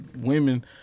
women